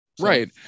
Right